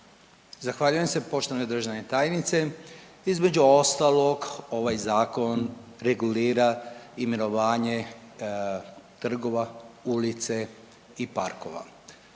Zahvaljujem se poštovana državna tajnice. Između ostalog, ovaj Zakon regulira imenovanje trgova, ulice i parkova.